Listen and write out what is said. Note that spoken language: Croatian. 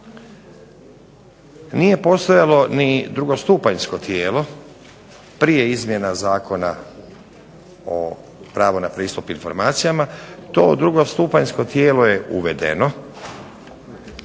Nije postojalo ni drugostupanjsko tijelo prije izmjena Zakona o pravu na pristup informacijama. To drugostupanjsko tijelo je uvedeno,